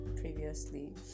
previously